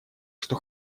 что